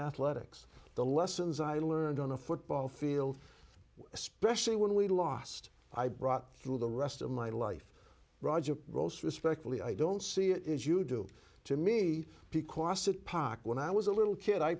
athletics the lessons i learned on the football field especially when we lost i brought through the rest of my life roger rose respectfully i don't see it as you do to me because it pock when i was a little kid i